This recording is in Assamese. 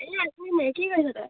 এনে আছো এনে কি কৰিছ তই